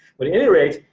but at any rate,